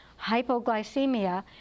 hypoglycemia